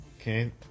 Okay